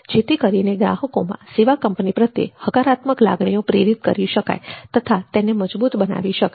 જેથી કરીને ગ્રાહકોમાં સેવા કંપની પ્રત્યે હકારાત્મક લાગણીઓ પ્રેરિત કરી શકાય તથા તેને મજબૂત બનાવી શકાય